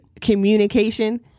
communication